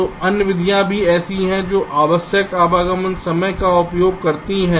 तो अन्य विधियाँ भी ऐसी हैं जो आवश्यक आगमन समय का उपयोग करती हैं